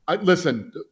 listen